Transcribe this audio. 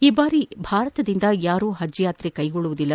ಈ ಬಾರಿ ಭಾರತದಿಂದ ಯಾರೂ ಪಜ್ ಯಾತ್ರೆ ಕೈಗೊಳ್ಳುವುದಿಲ್ಲ